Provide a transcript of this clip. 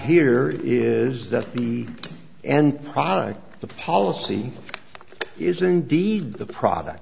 here is that the end product of the policy is indeed the product